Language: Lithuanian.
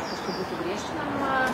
kažkaip būtų griežtinama